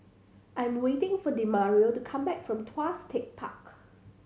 I'm waiting for Demario to come back from Tuas Tech Park